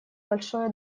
большое